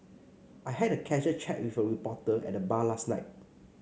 I had a casual chat with a reporter at the bar last night